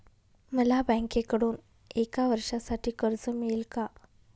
मला बँकेकडून एका वर्षासाठी कर्ज मिळेल का?